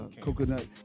coconut